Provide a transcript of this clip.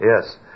Yes